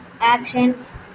actions